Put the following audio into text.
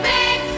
Big